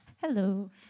Hello